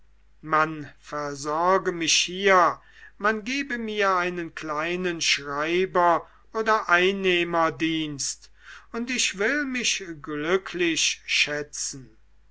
man versorge mich hier man gebe mir einen kleinen schreiber oder einnehmerdienst und ich will mich glücklich schätzen